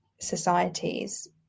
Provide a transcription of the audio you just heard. societies